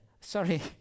Sorry